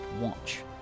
watch